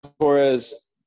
Torres